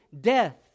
death